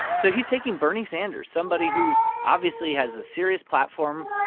so he's taking bernie sanders, somebody who's obviously has a serious platform,